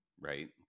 right